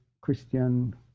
Christian